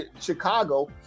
Chicago